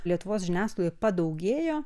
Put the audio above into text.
lietuvos žiniasklaidoje padaugėjo